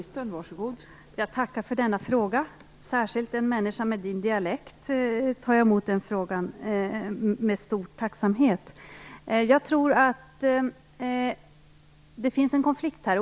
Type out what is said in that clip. Fru talman! Jag tackar för denna fråga. Särskilt från en person med Carl-Johan Wilsons dialekt tar jag emot den frågan med stor tacksamhet. Jag tror att det finns en konflikt här.